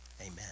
amen